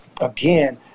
again